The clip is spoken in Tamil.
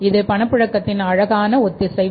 இது பணப் புழக்கத்தின் அழகான ஒத்திசைவு